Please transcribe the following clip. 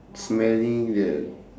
smelling the